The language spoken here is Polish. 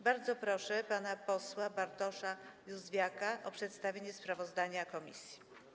Bardzo proszę pana posła Bartosza Józwiaka o przedstawienie sprawozdania komisji.